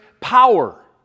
power